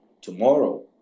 tomorrow